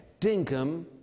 dinkum